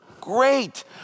Great